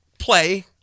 play